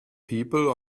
people